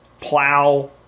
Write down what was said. plow